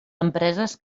empreses